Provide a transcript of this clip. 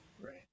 right